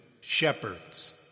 shepherds